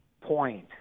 point